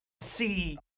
see